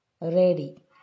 Ready